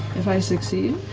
if i succeed,